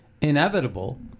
inevitable